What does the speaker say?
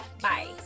bye